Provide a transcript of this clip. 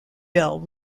bill